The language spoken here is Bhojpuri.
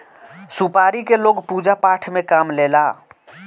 सुपारी के लोग पूजा पाठ में काम लेला